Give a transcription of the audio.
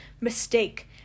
mistake